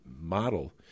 model